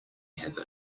have